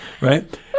right